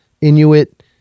inuit